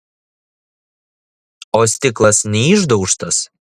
o stiklas neišdaužtas